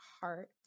heart